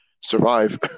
survive